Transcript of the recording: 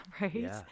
Right